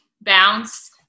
bounce